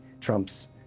Trump's